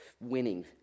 winning